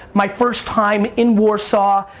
my first time in warsaw.